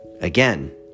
Again